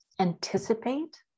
Anticipate